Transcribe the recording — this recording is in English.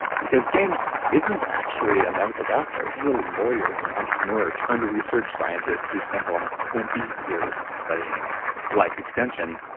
because james isn't actually a medical doctor, he's a lawyer and an entrepreneur, turned to research scientist who spent the last twenty years studying life extension.